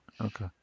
Okay